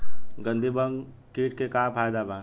गंधी बग कीट के का फायदा बा?